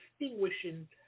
distinguishing